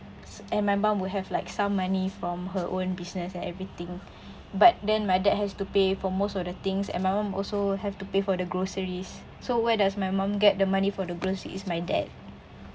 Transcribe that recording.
and my mum will have like some money from her own business and everything but then my dad has to pay for most of the things and my mum also have to pay for the groceries so where does my mum get the money for the groceries is my dad